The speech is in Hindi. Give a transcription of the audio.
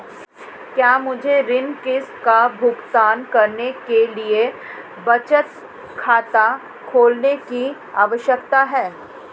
क्या मुझे ऋण किश्त का भुगतान करने के लिए बचत खाता खोलने की आवश्यकता है?